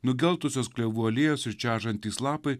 nugeltusios klevų alėjos ir čežantys lapai